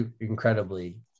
incredibly